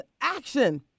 action